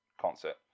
concert